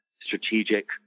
strategic